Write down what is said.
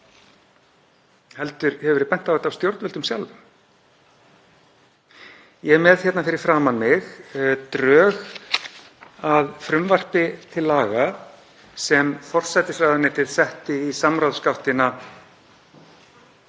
heldur hefur verið bent á þetta af stjórnvöldum sjálfum. Ég er með hér fyrir framan mig drög að frumvarpi til laga sem forsætisráðuneytið setti í samráðsgáttina